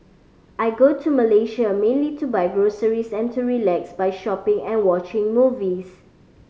I go to Malaysia mainly to buy groceries and to relax by shopping and watching movies